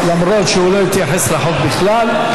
למרות שהוא לא התייחס לחוק בכלל.